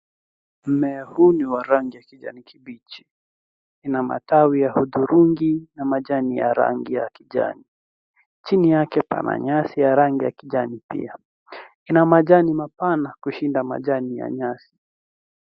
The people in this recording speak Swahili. Mmea huu ni wa rangi ya kijani kibichi. Ina matawi ya hudhurungi na majani ya rangi ya kijani. Chini yake pana nyasi ya rangi ya kijani pia, ina majani mapana kushinda majani ya nyasi.